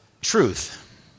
truth